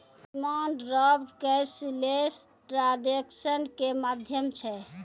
demand draft cashless transaction के माध्यम छै